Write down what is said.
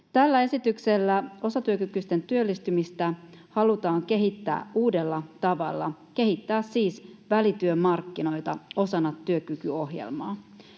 Tällä esityksellä osatyökykyisten työllistymistä halutaan kehittää uudella tavalla, kehittää siis välityömarkkinoita osana työkykyohjelmaa.